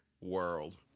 world